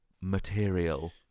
material